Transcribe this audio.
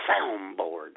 soundboard